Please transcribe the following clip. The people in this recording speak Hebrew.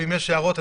ואם יש הערות,